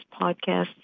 podcast